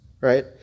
right